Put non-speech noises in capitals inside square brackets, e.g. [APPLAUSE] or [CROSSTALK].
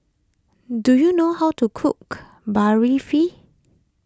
do you know how to cook [UNINTELLIGIBLE]